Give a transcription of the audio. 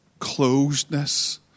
Closedness